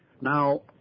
Now